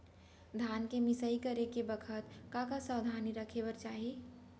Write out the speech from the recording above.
धान के मिसाई करे के बखत का का सावधानी रखें बर चाही?